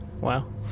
Wow